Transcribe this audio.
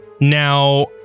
Now